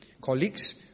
colleagues